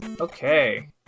Okay